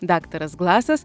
daktaras glasas